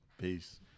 Peace